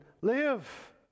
live